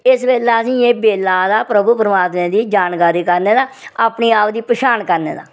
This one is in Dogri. ते इस बेल्लै असेंगी एह् बेल्ला आए दा प्रभु परमात्मा दी जानकारी करने दा अपने आप दी पछान करने दा